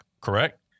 Correct